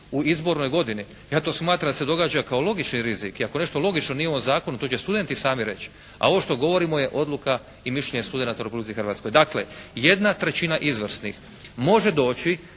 u izbornoj godini. Ja to smatram se događa kao logični rizik. I ako nešto logično nije u ovom zakonu to će studenti sami reći. A ovo što govorimo je odluka i mišljenje studenata u Republici Hrvatskoj. Dakle 1/3 izvrsnih može doći